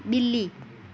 ॿिली